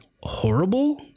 horrible